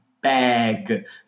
bag